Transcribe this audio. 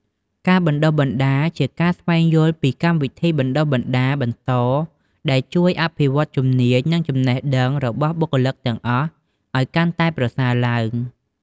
ការបណ្តុះបណ្តាលជាការ ស្វែងយល់ពីកម្មវិធីបណ្តុះបណ្តាលបន្តដែលជួយអភិវឌ្ឍជំនាញ និងចំណេះដឹងរបស់បុគ្គលិកទាំងអស់ឲ្យកាន់តែប្រសើរឡើង។